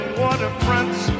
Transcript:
waterfronts